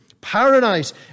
paradise